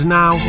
now